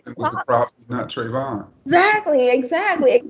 ah not trayvon. exactly, exactly.